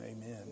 Amen